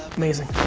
amazing.